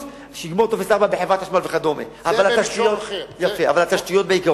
בכך שהוא יגמור את טופס 4 בחברת החשמל וכדומה.